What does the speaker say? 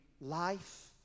life